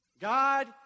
God